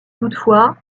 toutefois